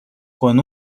con